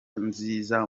nziza